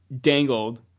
dangled